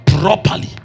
Properly